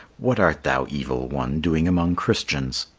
what art thou, evil one, doing among christians?